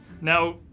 now